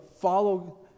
follow